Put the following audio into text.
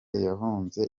yahunze